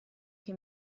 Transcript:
che